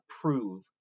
prove